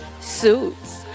Suits